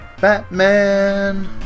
Batman